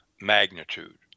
magnitude